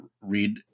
read